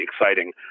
exciting